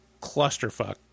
clusterfuck